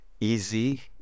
easy